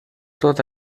tot